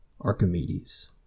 Archimedes